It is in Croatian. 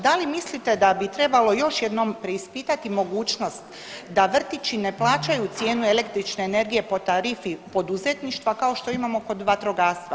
Da li mislite da bi trebalo još jednom preispitati mogućnost da vrtići ne plaćaju cijenu električne energije po tarifi poduzetništva kao što imamo kod vatrogastva.